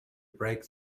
break